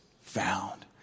found